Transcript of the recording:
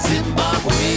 Zimbabwe